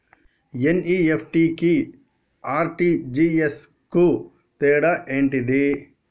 NEFT కి RTGS కు తేడా ఏంటిది?